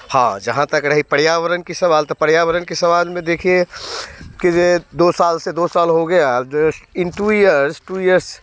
हाँ जहाँ तक रही पर्यावरण का सवाल तो पर्यावरण की सवाल में देखिए कि ये दो साल से दो साल हो गया जो in two years two years